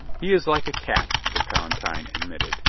he is like a cat, the palatine admitted.